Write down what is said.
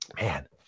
man